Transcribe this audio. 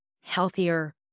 healthier